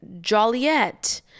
Joliet